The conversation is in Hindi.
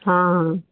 हाँ